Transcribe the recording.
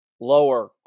lower